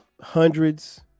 hundreds